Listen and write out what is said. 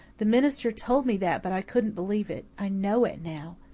the minister told me that but i couldn't believe it. i know it now.